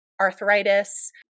arthritis